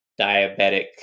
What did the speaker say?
diabetic